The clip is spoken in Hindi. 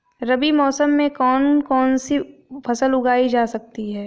रबी मौसम में कौन कौनसी फसल उगाई जा सकती है?